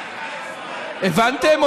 הבנתם?